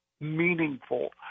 meaningful